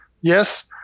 yes